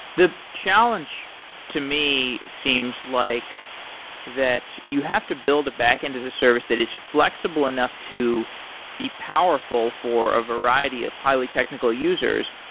the challenge to me seems like that you have to build a backend as a service that is flexible enough to be powerful for a variety of highly technical users,